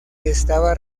estaba